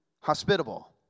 hospitable